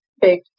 big